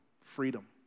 Freedom